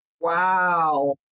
Wow